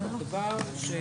דבר שהוא